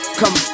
come